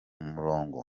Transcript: murongo